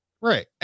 Right